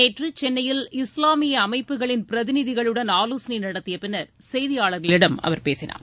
நேற்று சென்னையில் இஸ்லாமிய அமைப்புகளின் பிரதிநிதிகளுடன் ஆலோசனை நடத்தியப் பின்னர் செய்தியாளர்களிடம் அவர் பேசினார்